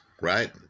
right